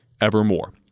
evermore